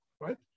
right